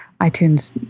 iTunes